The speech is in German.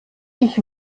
ich